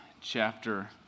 chapter